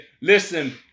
listen